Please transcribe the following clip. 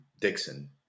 Dixon